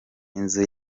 inzu